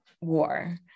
war